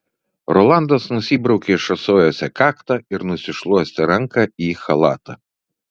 rolandas nusibraukė išrasojusią kaktą ir nusišluostė ranką į chalatą